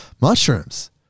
mushrooms